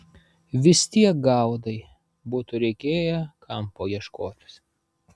vis tiek gaudai būtų reikėję kampo ieškotis